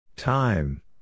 Time